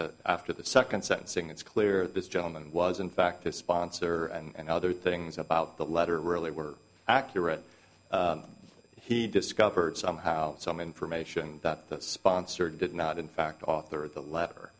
the after the second sentencing it's clear this gentleman was in fact a sponsor and other things about that letter really were accurate he discovered somehow some information that the sponsor did not in fact author the letter